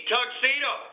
Tuxedo